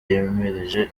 yimirije